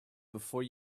before